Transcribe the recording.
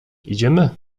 idziemy